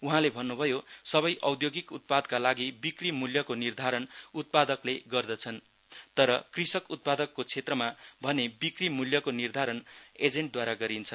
उहाँले भन्न्भयो सबै औद्योगिक उत्पादका लागि बिक्री मूल्यको निर्धारण उत्पादकले गर्दछन् तर कृषि उत्पादको क्षेत्रमा भने बिक्री मूल्यको निर्धारण एजेण्टद्वारा गरिन्छ